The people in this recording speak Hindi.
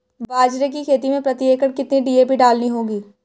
बाजरे की खेती में प्रति एकड़ कितनी डी.ए.पी डालनी होगी?